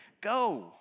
Go